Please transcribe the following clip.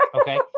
Okay